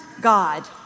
God